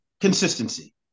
consistency